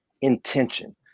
intention